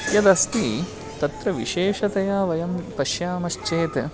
यदस्ति तत्र विशेषतया वयं पश्यामश्चेत्